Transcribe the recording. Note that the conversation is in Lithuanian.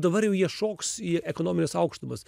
dabar jau jie šoks į ekonomines aukštumas